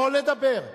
לא לדבר.